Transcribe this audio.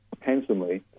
handsomely